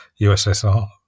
USSR